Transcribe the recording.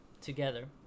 together